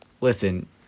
listen